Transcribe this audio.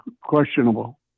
questionable